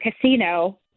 casino